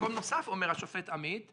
במקום נוסף אומר השופט עמית: